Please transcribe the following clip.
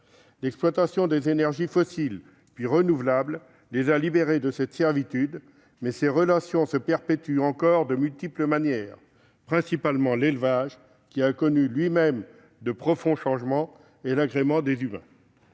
L'exploitation des énergies fossiles, puis renouvelables, les a libérés de cette servitude, mais ces relations se perpétuent de multiples manières, principalement dans l'élevage, qui a lui aussi connu de profonds changements, et pour l'agrément des humains.